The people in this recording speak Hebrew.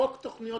חוק תוכניות